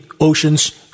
oceans